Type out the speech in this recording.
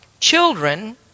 children